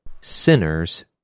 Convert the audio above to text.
sinners